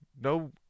no